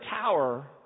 tower